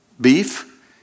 beef